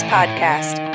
Podcast